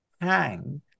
hang